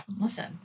Listen